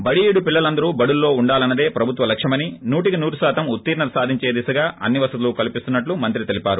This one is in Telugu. బడిఈడు పిల్లలందరూ బడుల్లో వుండాలన్న దే ప్రభుత్వ లక్ష్యమని నూటికి నూరుశాతం ఉత్తీర్ణత సాధించే దిశగా అన్ని వసతులు కల్పిస్తున్నట్లు మంత్రి తెలిపారు